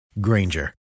Granger